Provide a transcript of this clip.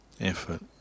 effort